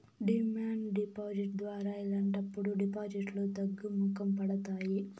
demand deposit ద్వారా ఇలాంటప్పుడు డిపాజిట్లు తగ్గుముఖం పడతాయి